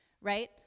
right